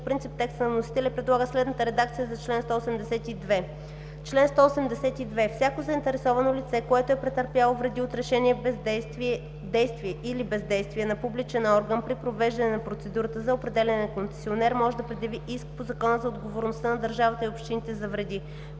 принцип текста на вносителя и предлага следната редакция на чл. 182: „Чл. 182. Всяко заинтересовано лице, което е претърпяло вреди от решение, действие или бездействие на публичен орган при провеждане на процедурата за определяне на концесионер, може да предяви иск по Закона за отговорността на държавата и общините за вреди.“